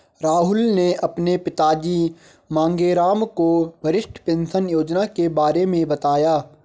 राहुल ने अपने पिताजी मांगेराम को वरिष्ठ पेंशन योजना के बारे में बताया